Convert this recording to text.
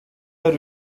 are